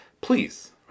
Please